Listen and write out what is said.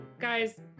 guys